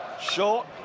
Short